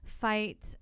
fight